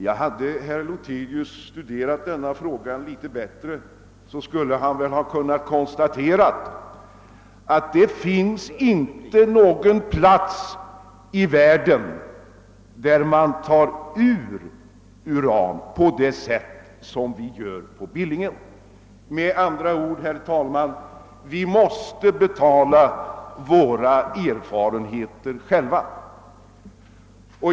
Om herr Lothigius hade studerat denna fråga litet bättre, skulle han ha vetat att det inte finns någon plats där man utvinner uran på samma sätt som vi gör på Billingen. Vi måste med andra ord betala våra erfarenheter själva.